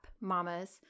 mamas